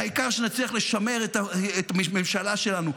העיקר שנצליח לשמר את הממשלה שלנו.